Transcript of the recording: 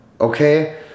Okay